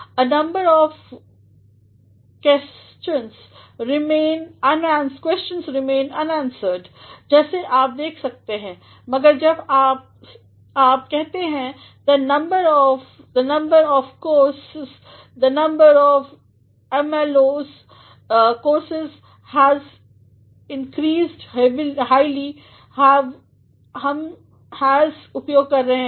a number of questions remain unanswered जैसे आप देख सकते हैं मगर जब आप कहते हैं the number of the number of courses the number of MOOC courses has increased highly have हम हैस उपयोग कर रहे हैं